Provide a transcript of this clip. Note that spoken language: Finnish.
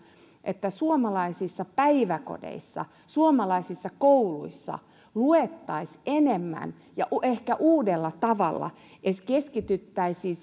että suomalaisissa päiväkodeissa suomalaisissa kouluissa luettaisiin enemmän ja ehkä uudella tavalla että keskityttäisiin